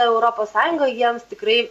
europos sąjunga jiems tikrai